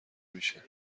میشه